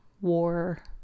war